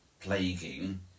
plaguing